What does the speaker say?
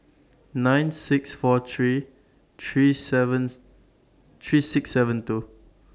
nine six four three three seven three six seven two